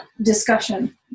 discussion